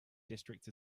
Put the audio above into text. district